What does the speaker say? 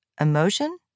emotion